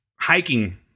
hiking